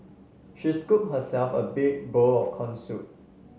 she scooped herself a big bowl of corn soup